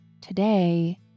today